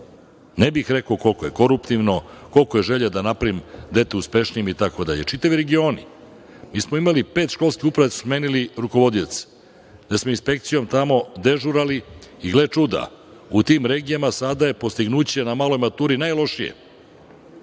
Ne bih rekao koliko je koruptivno, koliko je želje da naprave dete uspešnijim itd. Čitavi regioni, mi smo imali pet školskih uprava gde su smenili rukovodioce, gde smo inspekcijom tamo dežurali i gle čuda, u tim regijama sada je postignuće na maloj maturi najlošije. Sistem